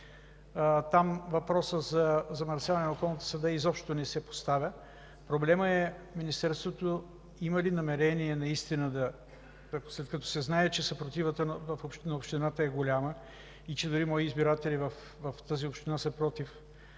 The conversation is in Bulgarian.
Там въпросът за замърсяването на околната среда изобщо не се поставя. Проблемът е има ли Министерството намерение наистина, като се знае, че съпротивата на общината е голяма и че дори мои избиратели в тази община са против,